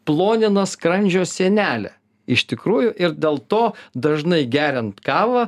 plonina skrandžio sienelę iš tikrųjų ir dėl to dažnai geriant kavą